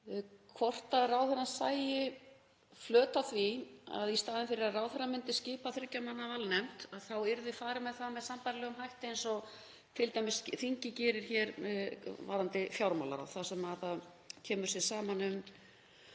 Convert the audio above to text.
hvort ráðherrann sér flöt á því að í staðinn fyrir að ráðherra myndi skipa þriggja manna valnefnd þá yrði farið með það með sambærilegum hætti eins og þingið gerir hér varðandi fjármálaráð þar sem það kemur sér saman um